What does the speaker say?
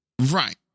Right